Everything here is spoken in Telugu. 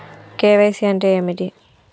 కే.వై.సీ అంటే ఏమిటి?